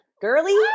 girly